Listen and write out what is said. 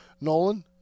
Nolan